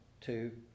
two